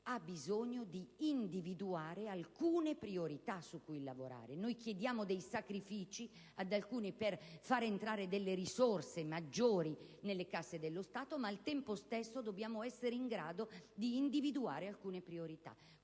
c'è bisogno di individuare alcune priorità su cui lavorare. Chiediamo dei sacrifici ad alcuni per far entrare maggiori risorse nelle casse dello Stato, ma al tempo stesso dobbiamo essere in grado di individuare alcune priorità.